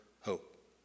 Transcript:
hope